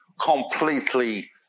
completely